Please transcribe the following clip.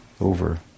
over